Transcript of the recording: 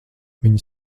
viņa